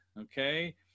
Okay